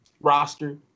roster